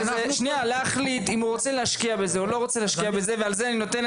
אם לבחור להשקיע בזה או לא וכאן אנחנו משאירים